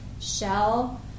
Shell